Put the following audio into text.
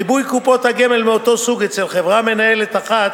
ריבוי קופות הגמל מאותו סוג אצל חברה מנהלת אחת